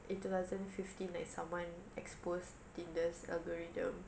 in two thousand fifteen like someone exposed tinder's algorithm